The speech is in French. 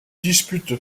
dispute